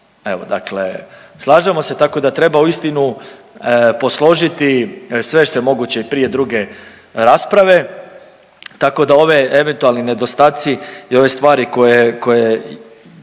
Evo dakle, slažemo se tako da treba uistinu posložiti sve što je moguće prije druge rasprave tako da ove eventualni nedostaci i ove stvari koje,